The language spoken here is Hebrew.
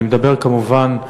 אני מדבר, כמובן,